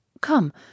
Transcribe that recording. Come